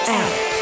out